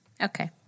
Okay